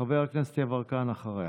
חבר הכנסת יברקן, אחריה.